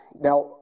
Now